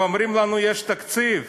ואומרים לנו יש תקציב.